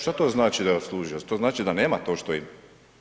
Što to znači da je odslužio, to znači da nema to što ima?